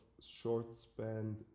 short-span